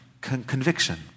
conviction